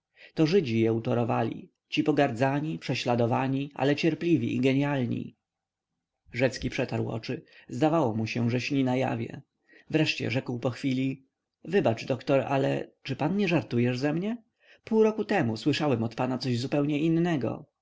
to żydzi je utorowali ci pogardzani prześladowani ale cierpliwi i genialni rzecki przetarł oczy zdawało mu się że śni na jawie wreszcie rzekł pochwili wybacz doktor ale czy pan nie żartujesz ze mnie pół roku temu słyszałem od pana coś zupełnie innego